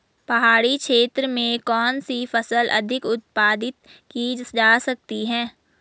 पहाड़ी क्षेत्र में कौन सी फसल अधिक उत्पादित की जा सकती है?